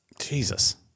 Jesus